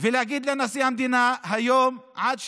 ולהגיד לנשיא המדינה היום עד 24:00: